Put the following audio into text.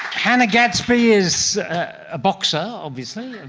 hannah gadsby is a boxer obviously.